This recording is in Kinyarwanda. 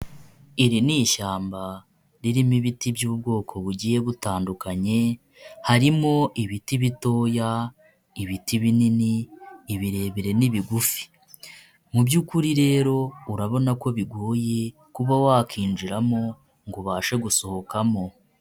Iri n’ishyamba ririmo ibiti by'ubwoko bugiye butandukanye. Harimo: ibiti bitoya, ibiti binini, ibirebire ni bigufi. Mu byukuri rero urabona ko bigoye kuba wakinjiramo ngo ubashe gusohokamo.